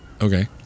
Okay